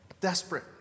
desperate